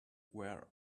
where